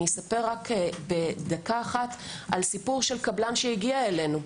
אספר בדקה אחת על סיפור של קבלן שהגיע אלינו,